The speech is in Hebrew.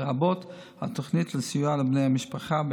לרבות התוכנית לסיוע לבני המשפחה.